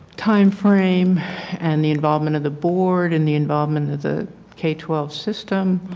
time frame and the involvement of the board and the involvement of the k twelve system,